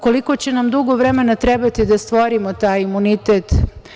Koliko će nam dugo vremena trebati da stvorimo taj imunitet?